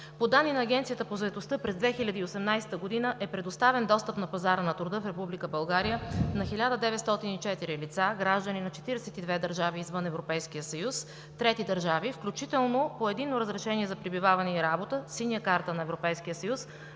по данни на Агенцията по заетостта през 2018 г. е предоставен достъп на пазара на труда в Република България на 1904 лица – граждани на 42 държави извън Европейския съюз, трети държави, включително по Единно разрешение за пребиваване и работа, синя карта на Европейския съюз,